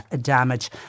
damage